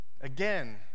again